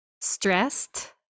stressed